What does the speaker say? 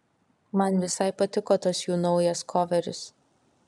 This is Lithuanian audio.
man visai patiko tas jų naujas koveris